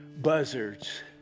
buzzards